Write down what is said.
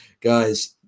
guys